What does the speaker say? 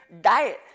diet